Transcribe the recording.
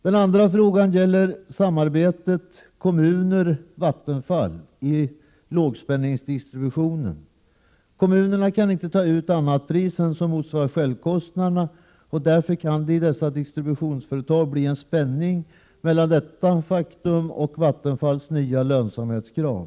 Den andra fråga utskottet har uppmärksammat gäller samarbetet mellan Vattenfall och kommunerna vid lågspänningsdistribution. Kommunerna kan inte ta ut annat pris än vad som motsvarar självkostnaden. I dessa distributionsföretag kan därför uppstå motsättning mellan självkostnadskravet och Vattenfalls nya lönsamhetskrav.